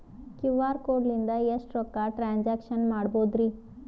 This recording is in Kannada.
ಕ್ಯೂ.ಆರ್ ಕೋಡ್ ಲಿಂದ ಎಷ್ಟ ರೊಕ್ಕ ಟ್ರಾನ್ಸ್ಯಾಕ್ಷನ ಮಾಡ್ಬೋದ್ರಿ?